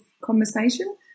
conversation